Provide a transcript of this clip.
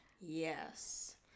Yes